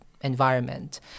environment